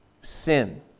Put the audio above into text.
sin